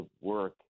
work